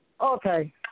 Okay